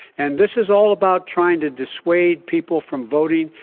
and this is all about trying to dissuade people from voting,